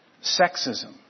Sexism